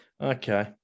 Okay